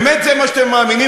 באמת זה מה שאתם מאמינים?